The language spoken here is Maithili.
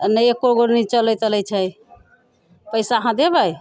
नहि एको गो नहि चलै तलै छै पैसा अहाँ देबै